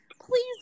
please